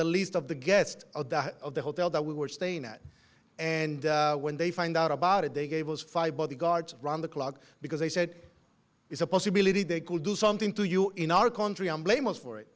the least of the guest of the hotel that we were staying at and when they find out about it they gave us five bodyguards around the clock because they said it's a possibility they could do something to you in our country and blame us for it